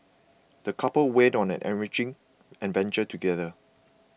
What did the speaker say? the couple went on an enriching adventure together